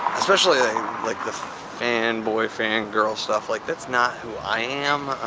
especially like the fan-boy fan-girl stuff, like that's not who i am.